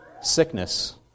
sickness